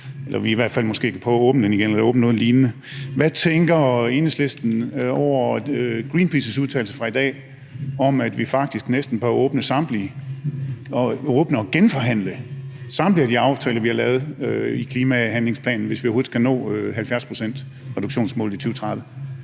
hvert fald kan prøve at åbne den igen eller åbne for noget lignende. Hvad tænker Enhedslisten om udtalelsen fra Greenpeace i dag om, at vi faktisk næsten bør åbne og genforhandle samtlige de aftaler, vi har lavet i klimahandlingsplanen, hvis vi overhovedet skal nå 70-procentsreduktionsmålet i 2030?